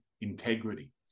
integrity